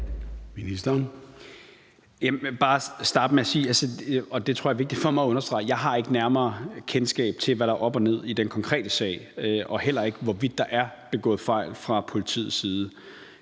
jeg ikke har nærmere kendskab til, hvad der er op og ned i den konkrete sag, og heller ikke til, hvorvidt der er begået fejl fra politiets side.